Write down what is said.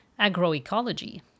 agroecology